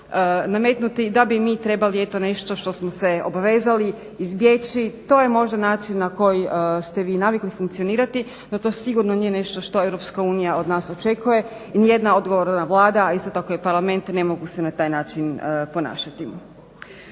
nametnuti da bi mi trebali eto nešto što smo se obvezali izbjeći. To je možda način na koji ste vi navikli funkcionirati, no to sigurno nije nešto što EU od nas očekuje i nijedna odgovorna Vlada a isto tako i Parlament ne mogu se na taj način ponašati.